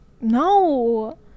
No